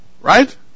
Right